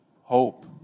Hope